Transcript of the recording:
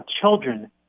children